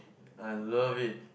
I love it